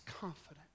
confident